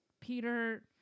peter